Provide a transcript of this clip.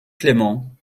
clément